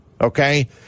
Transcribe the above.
okay